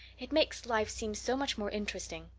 it makes life seem so much more interesting.